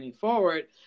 forward